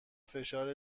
فشار